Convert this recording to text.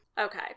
Okay